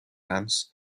ants